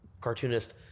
cartoonist